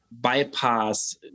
bypass